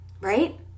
right